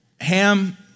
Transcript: Ham